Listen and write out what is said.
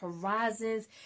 horizons